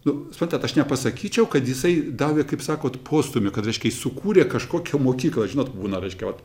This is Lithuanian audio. nu suprantat aš nepasakyčiau kad jisai davė kaip sakot postūmį kad reiškia jis sukūrė kažkokią mokyklą žinot būna reiškia vat